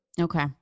okay